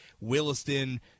Williston